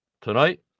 Tonight